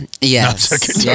yes